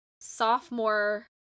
sophomore